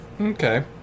Okay